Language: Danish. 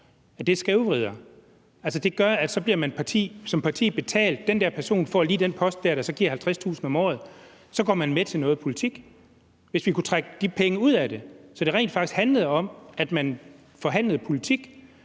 at man skævvrider det? Altså, det gør, at man som parti bliver betalt ved, at den der person lige får den der post, der så giver personen 50.000 kr. om året, og så går man med til noget politik. Hvis vi kunne trække de penge ud af det, kom det rent faktisk til at handle om, at man forhandlede politik;